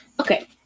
Okay